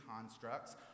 constructs